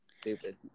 Stupid